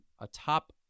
atop